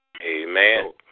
Amen